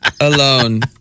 Alone